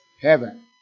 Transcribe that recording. heaven